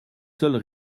seuls